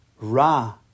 ra